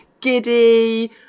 giddy